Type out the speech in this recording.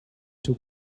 too